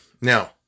Now